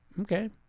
Okay